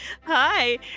Hi